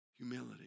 Humility